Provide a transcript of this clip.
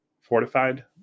fortified